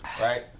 right